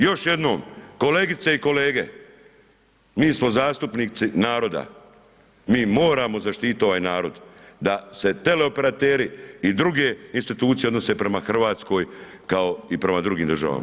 Još jednom, kolegice i kolege, mi smo zastupnici naroda, mi moramo zaštiti ovaj narod, da se teleoperateri i druge institucije odnose prema Hrvatskoj, kao i prema drugim državama.